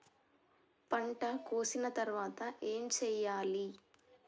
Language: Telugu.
పంట కోసిన తర్వాత ఏం చెయ్యాలి?